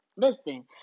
Listen